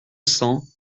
cents